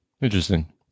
Interesting